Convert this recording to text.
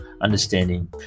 understanding